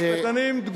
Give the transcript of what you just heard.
יש 250,000 עורכי-דין.